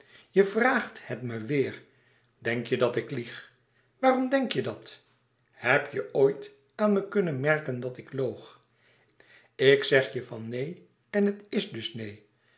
je vraagt het me weêr denk je dat ik lieg waarom denk je dat heb je ooit aan me kunnen merken dat ik loog ik zeg je van neen en het is dus neen